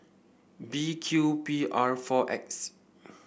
B Q P R four X